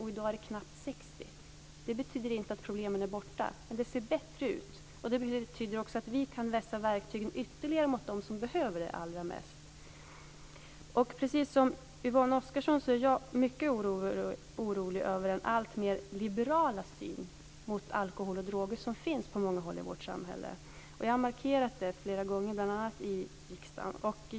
I dag är det knappt 60 000. Det betyder inte att problemen är borta, men det ser bättre ut. Det betyder också att vi kan vässa verktygen ytterligare för dem som behöver det allra mest. Jag är precis som Yvonne Oscarsson mycket orolig över den alltmer liberala synen på alkohol och droger som finns på många håll i vårt samhälle. Jag har markerat det flera gånger, bl.a. i riksdagen.